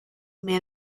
man